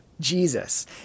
Jesus